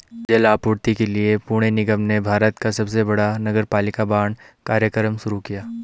जल आपूर्ति के लिए पुणे निगम ने भारत का सबसे बड़ा नगरपालिका बांड कार्यक्रम शुरू किया